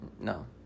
No